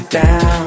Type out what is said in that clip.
down